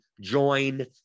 join